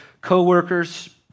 co-workers